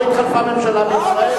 לא התחלפה ממשלה בישראל?